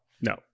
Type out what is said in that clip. no